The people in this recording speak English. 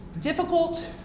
difficult